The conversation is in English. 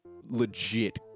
legit